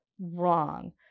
wrong